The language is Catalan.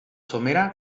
somera